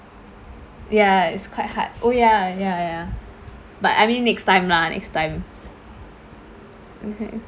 ya it's quite hard oh ya ya ya but I mean next time lah next time okay hmm